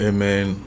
Amen